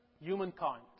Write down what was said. humankind